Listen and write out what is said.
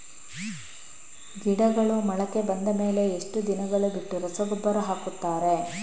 ಗಿಡಗಳು ಮೊಳಕೆ ಬಂದ ಮೇಲೆ ಎಷ್ಟು ದಿನಗಳು ಬಿಟ್ಟು ರಸಗೊಬ್ಬರ ಹಾಕುತ್ತಾರೆ?